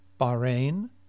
Bahrain